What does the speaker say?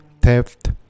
theft